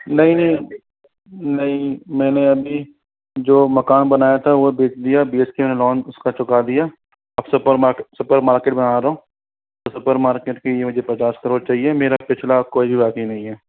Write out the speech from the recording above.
नहीं नहीं नहीं मैंने अभी जो मकान बनाया था वो बेच दिया बेच के मैंने लोन उसका चुका दिया अब सुपर मार्केट सुपर मार्केट बना रहा हूँ सुपर मार्केट के लिए मुझे पचास करोड़ चाहिए मेरा पिछला कोई भी बाकी नहीं है